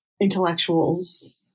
intellectuals